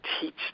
teach